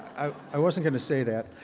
i wasn't going to say that.